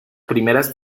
primeras